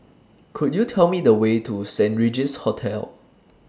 Could YOU Tell Me The Way to Saint Regis Hotel